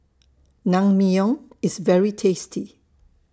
Naengmyeon IS very tasty